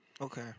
Okay